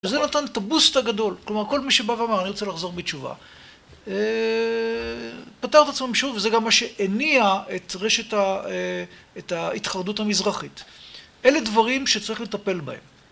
וזה נתן את הבוסט הגדול, כלומר כל מי שבא ואמר אני רוצה לחזור בתשובה פתר את עצמו שוב, וזה גם מה שהניע את רשת, את ההתחרדות המזרחית. אלה דברים שצריך לטפל בהם.